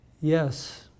Yes